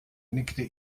nickte